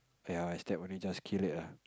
ya I step on it just kill it lah